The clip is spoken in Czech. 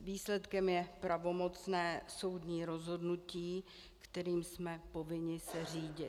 Výsledkem je pravomocné soudní rozhodnutí, kterým jsme povinni se řídit.